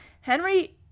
Henry